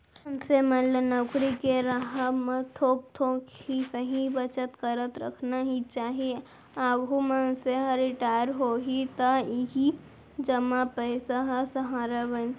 मनसे मन ल नउकरी के राहब म थोक थोक ही सही बचत करत रखना ही चाही, आघु मनसे ह रिटायर होही त इही जमा पइसा ह सहारा बनही